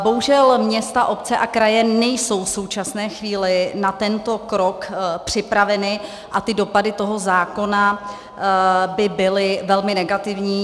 Bohužel města, obce a kraje nejsou v současné chvíli na tento krok připraveny a dopady toho zákona by byly velmi negativní.